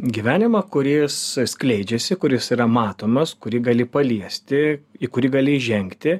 gyvenimą kuris skleidžiasi kuris yra matomas kurį gali paliesti į kurį gali įžengti